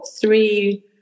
three